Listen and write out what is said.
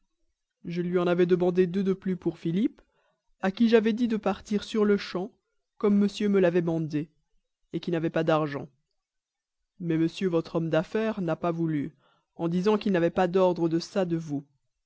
je lui en avais demandé deux de plus pour philippe à qui j'avais dit de partir sur-le-champ comme monsieur me l'avait mandé qui n'avait pas d'argent mais monsieur votre homme d'affaires n'a pas voulu en disant qu'il n'avait pas d'ordre de ça de vous